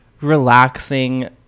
relaxing